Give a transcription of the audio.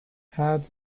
had